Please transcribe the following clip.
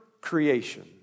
creation